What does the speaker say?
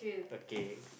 okay